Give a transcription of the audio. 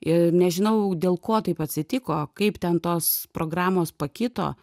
ir nežinau dėl ko taip atsitiko kaip ten tos programos pakito